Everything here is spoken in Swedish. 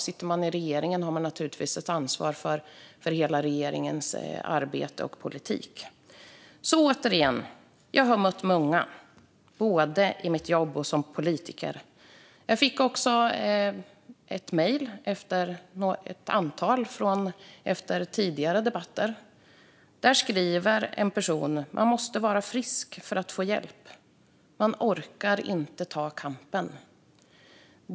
Sitter man i regeringen har man naturligtvis ett ansvar för hela regeringens arbete och politik. Återigen: Jag har mött många, både i mitt jobb och som politiker. Jag har också fått ett antal mejl efter tidigare debatter. Där skriver en person att man måste vara frisk för att få hjälp. Man orkar inte ta kampen.